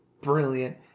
brilliant